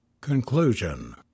CONCLUSION